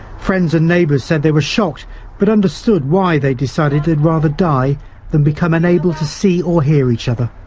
friends and neighbours said they were shocked but understood why they decided they'd rather die then become unable to see or hear each other.